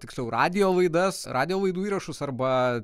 tiksliau radijo laidas radijo laidų įrašus arba